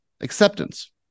acceptance